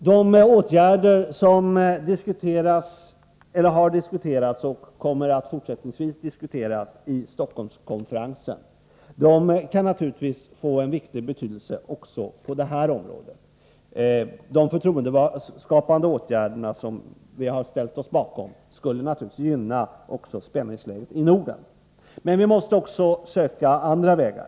De åtgärder som har diskuterats och fortsättningsvis kommer att diskuteras på Stockholmskonferensen kan naturligtvis få en stor betydelse också på detta område. De förtroendeskapande åtgärder som vi har ställt oss bakom skulle givetvis även ändra spänningsläget i Norden till det bättre. Men vi måste också söka andra vägar.